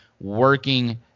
working